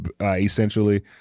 essentially